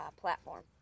platform